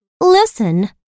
Listen